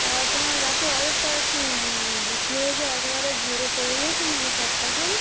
তা তোমার গাছের অবস্থা কী বৃষ্টিতে হয়েছে একেবারে ঝড়ে পড়ে গেছে নাকি সব ফসল